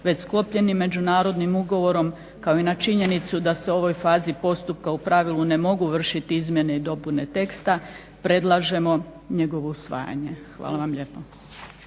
već sklopljenim međunarodnim ugovorom kao i na činjenicu da se u ovoj fazi postupka u pravilu ne mogu vršiti izmjene i dopune teksta predlažemo njegovo usvajanje. Hvala vam lijepa.